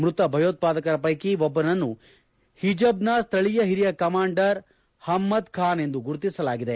ಮೃತ ಭಯೋತ್ಪಾದಕರ ಪೈಕಿ ಒಬ್ಬನನ್ನು ಹಿಜಬ್ನ ಸ್ವಳೀಯ ಹಿರಿಯ ಕಮಾಂಡರ್ ಹಮ್ಗದ್ ಖಾನ್ ಎಂದು ಗುರುತಿಸಲಾಗಿದೆ